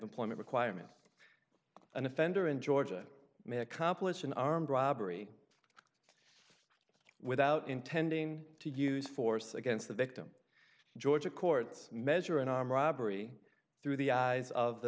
employment requirement an offender in georgia may accomplish an armed robbery without intending to use force against the victim ga courts measure an arm robbery through the eyes of the